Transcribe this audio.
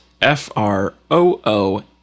F-R-O-O